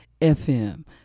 FM